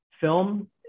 film